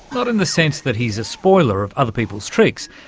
not in the sense that he's a spoiler of other people's tricks,